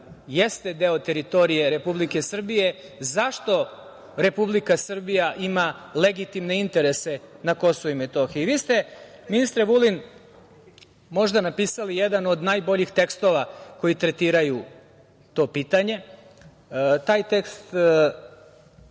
deo teritorije Republike Srbije, zašto Republika Srbija ima legitimne interese na Kosovu i Metohiji. Vi ste, ministre Vulin, možda napisali jedan od najboljih tekstova koji tretiraju to pitanje. Taj tekst